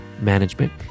management